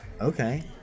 okay